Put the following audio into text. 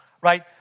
right